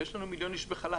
ויש לנו מיליון איש בחל"ת,